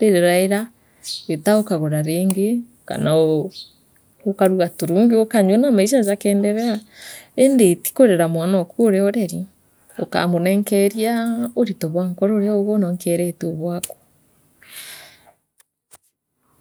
riraira wiita ukagura ringi kanao ukaruga turungi ukanyua na maicha jakeenderea indi ti kurera mwanooka uria ureri ukamuneenkeria untu bwa nkoro uria uigwe ureenkeretue bwakuu